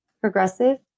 Progressive